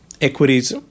equities